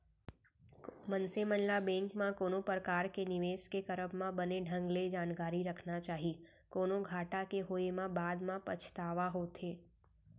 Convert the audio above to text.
मनसे मन ल बेंक म कोनो परकार के निवेस के करब म बने ढंग ले जानकारी रखना चाही, कोनो घाटा के होय म बाद म पछतावा होथे